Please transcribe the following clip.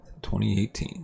2018